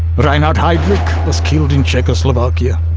but reinhard heydrich was killed in czechoslovakia.